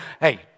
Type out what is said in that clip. Hey